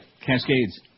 Cascades